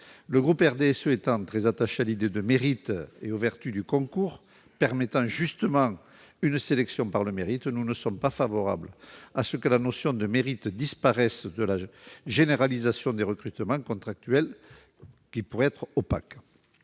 Le groupe du RDSE étant très attaché à l'idée de mérite et aux vertus du concours permettant justement une sélection à ce titre, nous ne sommes pas favorables à ce que la notion de mérite disparaisse du fait de la généralisation de recrutements contractuels opaques.